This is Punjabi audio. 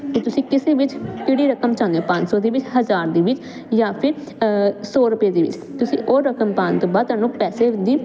ਅਤੇ ਤੁਸੀਂ ਕਿਸੇ ਵਿੱਚ ਕਿਹੜੀ ਰਕਮ ਚਾਹੁੰਦੇ ਹੋ ਪੰਜ ਸੌ ਦੇ ਵਿੱਚ ਹਜ਼ਾਰ ਦੇ ਵਿੱਚ ਜਾਂ ਫਿਰ ਸੌ ਰੁਪਏ ਦੇ ਵਿੱਚ ਤੁਸੀਂ ਉਹ ਰਕਮ ਪਾਉਣ ਤੋਂ ਬਾਅਦ ਤੁਹਾਨੂੰ ਪੈਸੇ ਦੀ